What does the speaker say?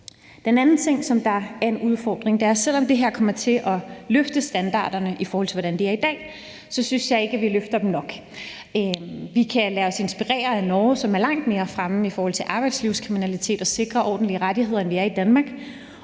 En anden ting, som jeg synes er en udfordring, er, at selv om det her kommer til at løfte standarderne, i forhold til hvordan det er i dag, løfter vi dem ikke nok. Vi kan lade os inspirere af Norge, som er langt mere fremme i forhold til arbejdslivskriminalitet og at sikre ordentlige rettigheder, end vi er i Danmark.